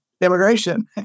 immigration